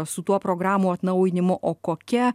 su tuo programų atnaujinimu o kokia